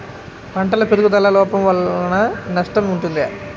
పంటల పెరుగుదల లోపం వలన నష్టము ఉంటుందా?